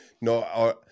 No